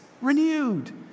renewed